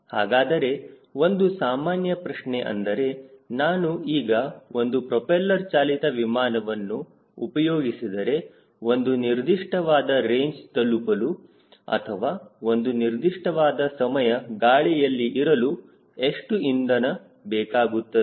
ಹಾಗಾದರೆ ಒಂದು ಸಾಮಾನ್ಯ ಪ್ರಶ್ನೆ ಅಂದರೆ ನಾನು ಈಗ ಒಂದು ಪ್ರೊಪೆಲ್ಲರ್ ಚಾಲಿತ ವಿಮಾನವನ್ನು ಉಪಯೋಗಿಸಿದರೆ ಒಂದು ನಿರ್ದಿಷ್ಟವಾದ ರೇಂಜ್ ತಲುಪಲು ಅಥವಾ ಒಂದು ನಿರ್ದಿಷ್ಟವಾದ ಸಮಯ ಗಾಳಿಯಲ್ಲಿ ಇರಲು ಎಷ್ಟು ಇಂಧನ ಬಳಕೆಯಾಗುತ್ತದೆ